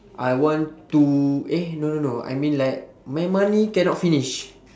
I want to eh no no no I mean like my money cannot finish